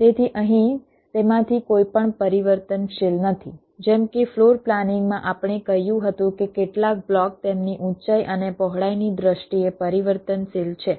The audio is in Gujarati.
તેથી અહીં તેમાંથી કોઈ પણ પરિવર્તનશીલ નથી જેમ કે ફ્લોર પ્લાનિંગમાં આપણે કહ્યું હતું કે કેટલાક બ્લોક તેમની ઊંચાઈ અને પહોળાઈની દ્રષ્ટિએ પરિવર્તનશીલ છે